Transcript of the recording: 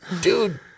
dude